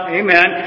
amen